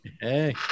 hey